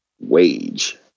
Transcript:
wage